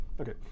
Okay